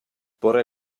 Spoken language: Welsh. bore